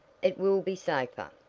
it will be safer.